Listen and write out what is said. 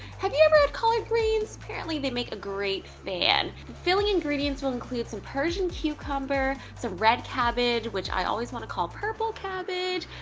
have you ever had collard greens? apparently they make a great fan. filling ingredients will include some persian cucumber, some red cabbage which i always wanna call purple cabbage.